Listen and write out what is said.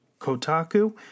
Kotaku